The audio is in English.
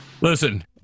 Listen